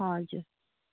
हजुर